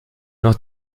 noch